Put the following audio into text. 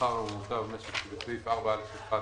"השכר הממוצע במשק" שבסעיף 1(א)(1)